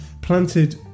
planted